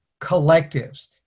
collectives